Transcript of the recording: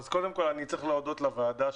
קודם כל אני צריך להודות לוועדה,